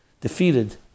defeated